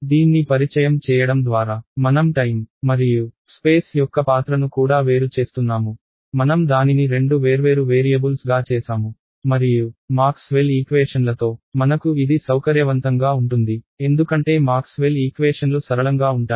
దీన్ని పరిచయం చేయడం ద్వారా మనం టైమ్ మరియు స్పేస్ యొక్క పాత్రను కూడా వేరు చేస్తున్నాము మనం దానిని రెండు వేర్వేరు వేరియబుల్స్గా చేసాము మరియు మాక్స్వెల్ ఈక్వేషన్లతో మనకు ఇది సౌకర్యవంతంగా ఉంటుంది ఎందుకంటే మాక్స్వెల్ ఈక్వేషన్లు సరళంగా ఉంటాయి